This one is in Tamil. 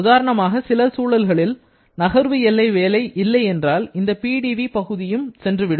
உதாரணமாக சில சூழல்களில் நகர்வு எல்லை வேலை இல்லை என்றால் இந்த PdV பகுதியும் சென்றுவிடும்